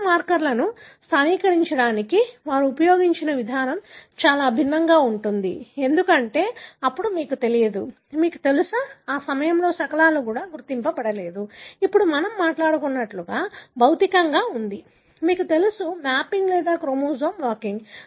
ఇచ్చిన మార్కర్ను స్థానికీకరించడానికి వారు ఉపయోగించిన విధానం చాలా భిన్నంగా ఉంటుంది ఎందుకంటే అప్పుడు మీకు తెలియదు మీకు తెలుసా ఆ సమయంలో శకలాలు కూడా గుర్తించబడలేదు ఇప్పుడు మనం మాట్లాడుతున్నట్లుగా భౌతికంగా ఉంది మీకు తెలుసు మ్యాపింగ్ లేదా క్రోమోజోమ్ వాకింగ్